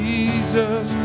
Jesus